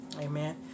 Amen